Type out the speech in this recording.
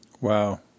Wow